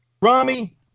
Rami